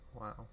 Wow